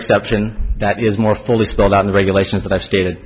exception that is more fully spelled out in the regulations that i've stated